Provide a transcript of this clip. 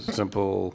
simple